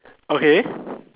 okay